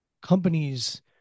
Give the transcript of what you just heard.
companies